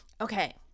Okay